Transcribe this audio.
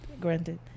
Granted